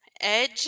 Edge